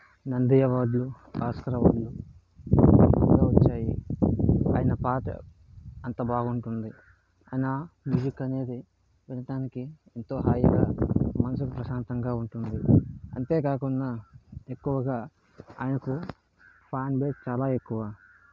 నంది అవార్డులు ఆస్కార్ అవార్డులు ఎక్కువగా వచ్చాయి ఆయన పాట అంత బాగుంటుంది ఆయన మ్యూజిక్ అనేది వినటానికి ఎంతో హాయిగా మనసుకు ప్రశాంతంగా ఉంటుంది అంతేకాకున్న ఎక్కువగా ఆయనకు ఫాన్బేస్ చాలా ఎక్కువ